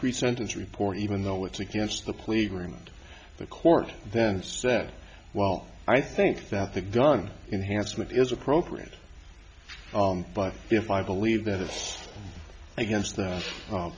pre sentence report even though it's against the pleader and the court then said well i think that the gun enhanced what is appropriate but if i believe that it's against the